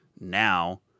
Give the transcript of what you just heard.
now